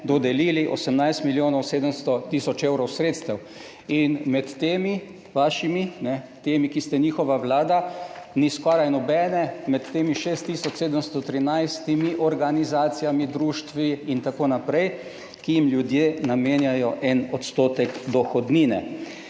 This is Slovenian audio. dodelili 18 milijonov 700 tisoč evrov sredstev in med temi vašimi, temi ki ste njihova vlada, ni skoraj nobene med temi 6 tisoč 713 organizacijami, društvi, itn., ki jim ljudje namenjajo 1 % dohodnine.